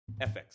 FX